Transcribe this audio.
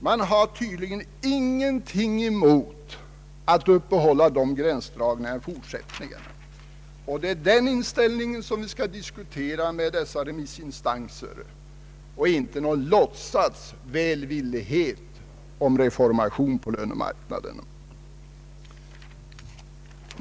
Man har tydligen ingenting emot att uppehålla dessa gränser i forisättningen, och det är den inställningen som vi skall diskutera med dessa remissinstanser, inte någon låtsasvälvillighet om reformation på lönemarknaden.